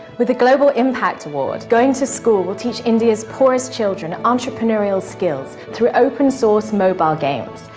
with a global impact award, going to school will teach india's poorest children entrepreneurial skills through open source mobile games.